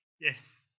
Yes